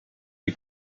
die